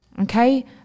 okay